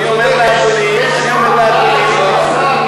נדמה לי שפה בחוק אנחנו שוללים,